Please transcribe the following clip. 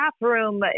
bathroom